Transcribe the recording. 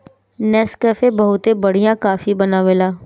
Nescafe बहुते बढ़िया coffee बनावेला